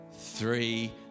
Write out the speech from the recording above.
three